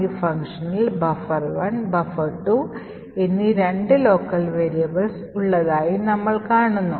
ഈ ഫംഗ്ഷനിൽ buffer1 buffer2 എന്നീ 2 local variables ഉള്ളതായി നമ്മൾ കാണുന്നു